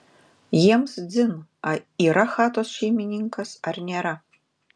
jiems dzin yra chatos šeimininkas ar nėra